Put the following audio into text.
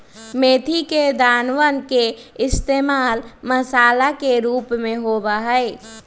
मेथी के दानवन के इश्तेमाल मसाला के रूप में होबा हई